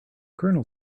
colonel